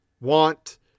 want